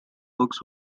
books